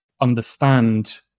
understand